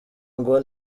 ngo